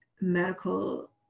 medical